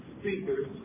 speakers